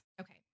Okay